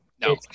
no